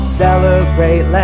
celebrate